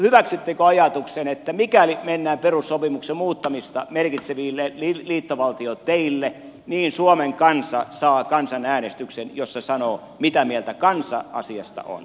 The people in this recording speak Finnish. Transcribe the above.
hyväksyttekö ajatuksen että mikäli mennään perussopimuksen muuttamista merkitseville liittovaltioteille niin suomen kansa saa kansanäänestyksen joka kertoo mitä mieltä kansa asiasta on